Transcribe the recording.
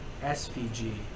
svg